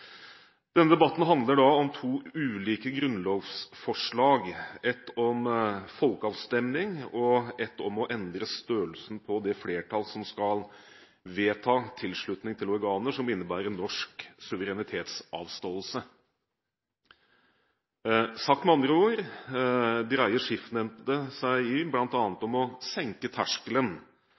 Denne debatten handler om to ulike grunnlovsforslag, et om folkeavstemning og et om å endre størrelsen på det flertallet som skal vedta tilslutning til organer som innebærer norsk suverenitetsavståelse. Sagt med andre ord dreier sistnevnte seg bl.a. om å senke terskelen